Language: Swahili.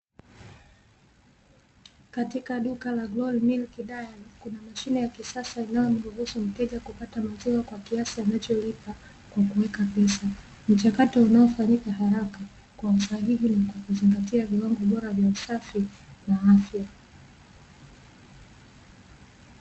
Jatika duka la "glory milk diary" kuna mashine ya kisasa inayomruhusu mteja kupata maziwa kwa kiasi anacholipa, na kuweka pesa. Mchakato unaofanyika haraka kwa usahihi na kwa kuzingatia viwango bora vya usafi, na afya.